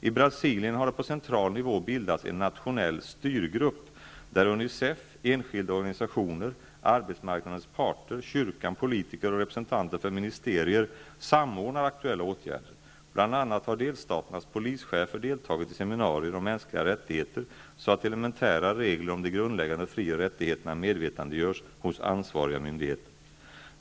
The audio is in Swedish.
I Brasilien har det på central nivå bildats en nationell styrgrupp där UNICEF, enskilda organisationer, arbetsmarknadens parter, kyrkan, politiker och representanter för ministerier samordnar aktuella åtgärder. Bl.a. har delstaternas polischefer deltagit i seminarier om mänskliga rättigheter så att elementära regler om de grundläggande fri och rättigheterna medvetandegörs hos ansvariga myndigheter.